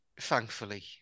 thankfully